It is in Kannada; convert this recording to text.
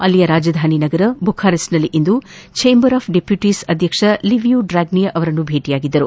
ಅಲ್ಲಿನ ರಾಜಧಾನಿ ಬುಖಾರೆಸ್ಟ್ನಲ್ಲಿಂದು ಛೇಂಬರ್ ಆಫ್ ಡೆಪ್ಯೂಟಸ್ ಅಧ್ಯಕ್ಷ ಲಿವಿಯೂ ಡ್ರಾಗ್ನೀಯ ಅವರನ್ನು ಭೇಟಿಯಾಗಿದ್ದರು